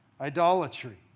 idolatry